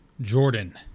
Jordan